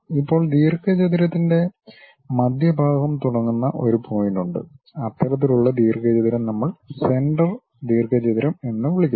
ഇപ്പോൾ ദീർഘചതുരത്തിന്റെ മധ്യഭാഗം തുടങ്ങുന്ന ഒരു പോയിന്റ് ഉണ്ട് അത്തരത്തിലുള്ള ദീർഘചതുരം നമ്മൾ സെന്റർ ദീർഘചതുരം എന്ന് വിളിക്കുന്നു